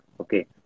Okay